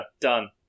Done